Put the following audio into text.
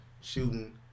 shooting